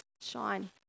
shine